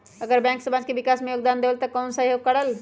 अगर बैंक समाज के विकास मे योगदान देबले त कबन सहयोग करल?